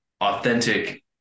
authentic